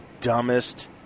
dumbest